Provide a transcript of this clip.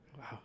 Wow